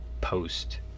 post